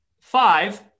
Five